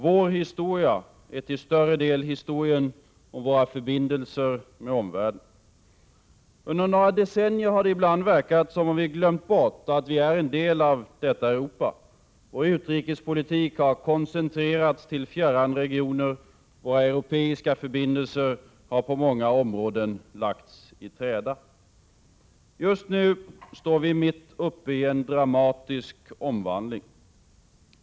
Vår historia är till större delen historien om våra förbindelser med omvärlden. Under några decennier har det ibland verkat som om vi glömt bort att vi är en del av detta Europa. Vår utrikespolitik har koncentrerats till fjärran regioner. Våra europeiska förbindelser har på många områden lagts i träda. Just nu står vi mitt uppe i en dramatisk omvandling.